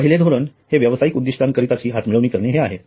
आता पहिले धोरण हे व्यवसाईक उद्दीष्टांकरीताची हातमिळवणी करणे हे आहे